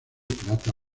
plata